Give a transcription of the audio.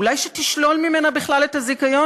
אולי שתשלול ממנה בכלל את הזיכיון,